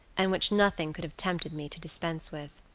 and which nothing could have tempted me to dispense with.